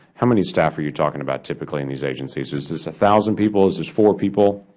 how many staff are you talking about typically in these agencies? is this thousand people? is this four people?